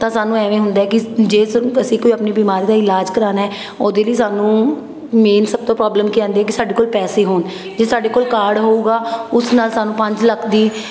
ਤਾਂ ਸਾਨੂੰ ਇਵੇਂ ਹੁੰਦਾ ਕਿ ਜੇ ਸ ਅਸੀਂ ਕੋਈ ਆਪਣੀ ਬਿਮਾਰੀ ਦਾ ਇਲਾਜ ਕਰਵਾਉਣਾ ਉਹਦੇ ਲਈ ਸਾਨੂੰ ਮੇਨ ਸਭ ਤੋਂ ਪ੍ਰੋਬਲਮ ਕੀ ਆਉਂਦੀ ਕਿ ਸਾਡੇ ਕੋਲ ਪੈਸੇ ਹੋਣ ਜੇ ਸਾਡੇ ਕੋਲ ਕਾਰਡ ਹੋਊਗਾ ਉਸ ਨਾਲ ਸਾਨੂੰ ਪੰਜ ਲੱਖ ਦੀ